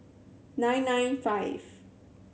nine nine five